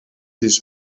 his